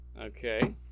Okay